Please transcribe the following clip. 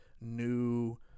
new